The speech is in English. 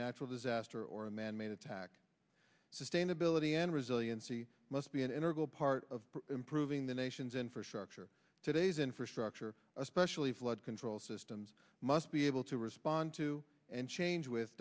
natural disaster or a manmade attack sustainability and resiliency must be an integral part of improving the nation's infrastructure today's infrastructure especially flood control systems must be able to respond to and change with